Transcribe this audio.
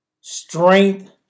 strength